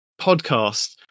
podcast